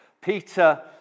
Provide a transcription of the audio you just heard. Peter